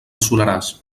soleràs